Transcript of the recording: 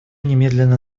немедленно